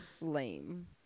lame